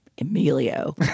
Emilio